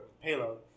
payload